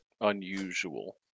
unusual